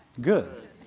good